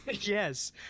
yes